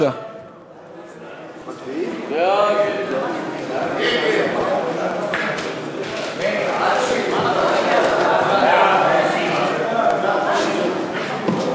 ההצעה להעביר את הצעת חוק השימוש בתאריך העברי (תיקון,